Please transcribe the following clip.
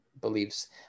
beliefs